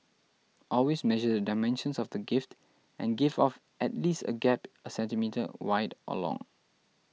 always measure the dimensions of the gift and give off at least a gap a centimetre wide or long